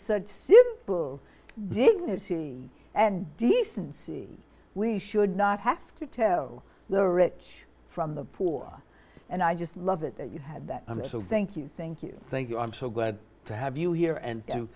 such simple dignity and decency we should not have to tell the rich from the poor and i just love it that you had that thank you thank you thank you i'm so glad to have you here and